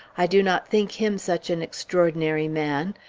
i do not think him such an extraordinary man.